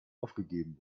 aufgegeben